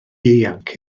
ieuanc